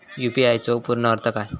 UPI चो पूर्ण अर्थ काय?